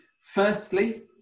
Firstly